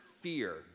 fear